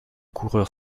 coureur